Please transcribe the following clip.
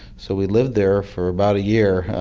so we lived there for about a year,